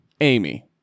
Amy